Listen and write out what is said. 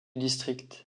district